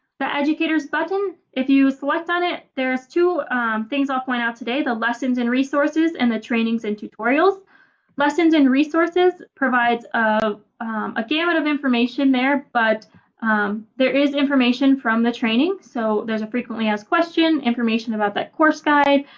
the educators button if you select on it there's two things i'll point out today the lessons and resources and the trainings and tutorials. the lessons and resources provides a gamut of information there, but there is information from the training. so there's a frequently asked question, information about that course guide,